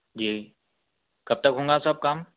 جی کب تک ہوں گا سب کام